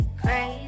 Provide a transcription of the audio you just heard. crazy